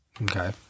Okay